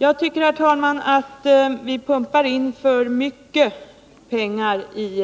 Jag tycker, herr talman, att vi pumpar in för mycket pengar i